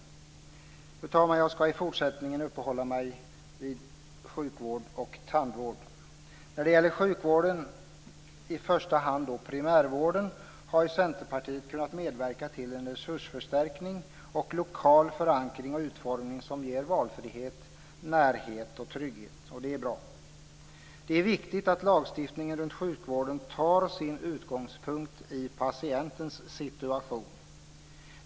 Jag ska i fortsättningen uppehålla mig vid sjukvård och tandvård. När det gäller sjukvården, i första hand då primärvården, har Centerpartiet kunnat medverka till en resursförstärkning och lokal förankring och utformning som ger valfrihet, närhet och trygghet. Det är bra. Det är viktigt att lagstiftningen runt sjukvården tar sin utgångspunkt i patientens situation.